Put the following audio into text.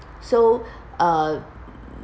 so uh